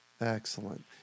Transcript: Excellent